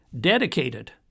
dedicated